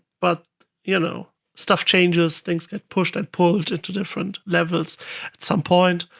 but you know, stuff changes. things get pushed and pulled into different levels at some point.